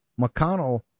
McConnell